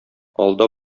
алда